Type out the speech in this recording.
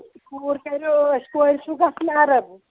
کوٗر کَریو ٲش کورِ چھُو گژھُن عرب